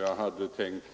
Jag hade tänkt